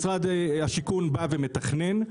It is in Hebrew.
משרד השיכון בא ומתכנן,